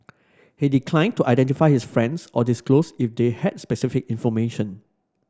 he declined to identify his friends or disclose if they had specific information